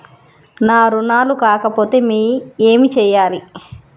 నా రుణాలు కాకపోతే ఏమి చేయాలి?